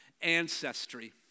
Ancestry